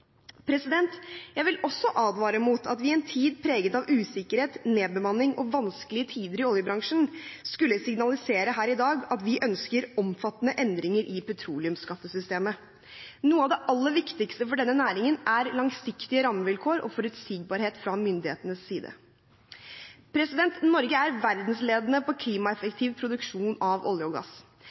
Jeg vil også advare mot at vi i en tid preget av usikkerhet, nedbemanning og vanskelige tider i oljebransjen, her i dag skulle signalisere at vi ønsker omfattende endringer i petroleumsskattesystemet. Noe av det aller viktigste for denne næringen er langsiktige rammevilkår og forutsigbarhet fra myndighetenes side. Norge er verdensledende på klimaeffektiv produksjon av olje og gass.